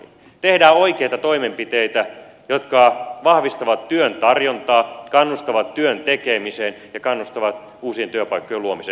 pitää tehdä oikeita toimenpiteitä jotka vahvistavat työn tarjontaa kannustavat työn tekemiseen ja kannustavat uusien työpaikkojen luomiseen